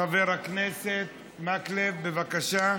חבר הכנסת מקלב, בבקשה.